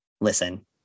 listen